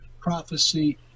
prophecy